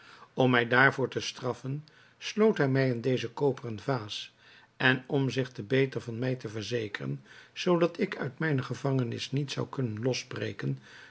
om mij daarvoor te straffen sloot hij mij in deze koperen vaas en om zich te beter van mij te verzekeren zoo dat ik uit mijne gevangenis niet zou kunnen losbreken